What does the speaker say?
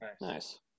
Nice